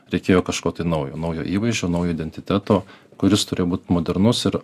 reikėjo kažko tai naujo naujo įvaizdžio naujo identiteto kuris turėjo būt modernus ir